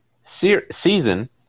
season